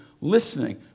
listening